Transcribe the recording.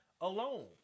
alone